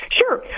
Sure